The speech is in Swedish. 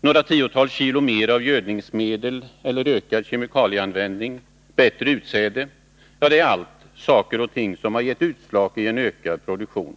några tiotals kilo mera av gödningsmedel eller ökad kemikalieanvändning och bättre förädling av utsäde — allt detta är saker som har gett utslag i en ökad produktion.